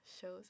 shows